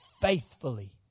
Faithfully